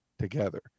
together